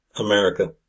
America